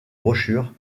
brochures